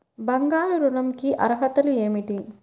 బంగారు ఋణం కి అర్హతలు ఏమిటీ?